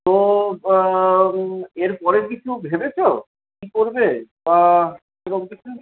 তো এরপরের কিছু ভেবেছো কি করবে বা সে সব কিছু